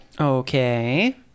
Okay